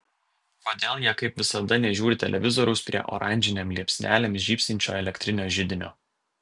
kodėl jie kaip visada nežiūri televizoriaus prie oranžinėm liepsnelėm žybsinčio elektrinio židinio